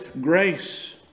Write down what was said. grace